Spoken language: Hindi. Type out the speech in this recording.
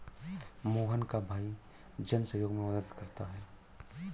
मोहन का भाई जन सहयोग में मदद करता है